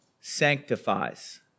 sanctifies